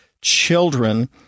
children